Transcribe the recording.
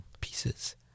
pieces